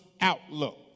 outlook